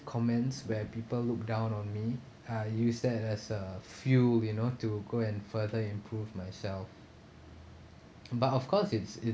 comments where people look down on me I use that as a fuel you know to go and further improve myself but of course it's it's